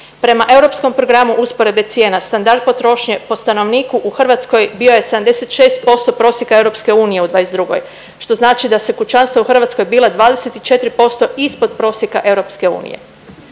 Prema Europskom programu usporedbe cijena standard potrošnje po stanovniku u Hrvatskoj bio je 76% prosjeka EU u '22., što znači da su kućanstva u Hrvatskoj bila 24% ispod prosjeka EU.